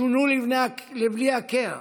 שונו לבלי הכר.